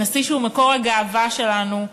הנשיא שהוא מקור הגאווה שלנו,